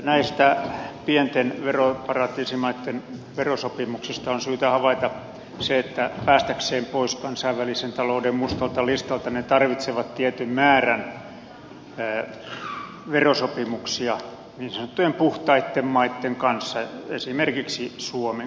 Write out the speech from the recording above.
näistä pienten veroparatiisimaitten verosopimuksesta on syytä havaita se että päästäkseen pois kansainvälisen talouden mustalta listalta ne tarvitsevat tietyn määrän verosopimuksia niin sanottujen puhtaitten maitten kanssa esimerkiksi suomen kanssa